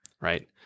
right